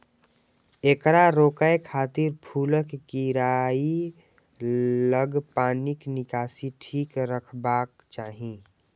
एकरा रोकै खातिर फूलक कियारी लग पानिक निकासी ठीक रखबाक चाही